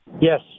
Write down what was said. Yes